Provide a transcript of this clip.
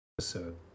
episode